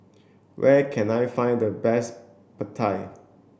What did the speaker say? where can I find the best Pad Thai